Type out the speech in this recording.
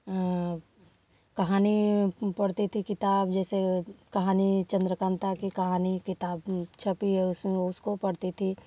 और कहानी पढ़ती थी किताब जैसे कहानी चंद्रकांता की कहानी किताब छपी है उसमें उसको पढ़ती थी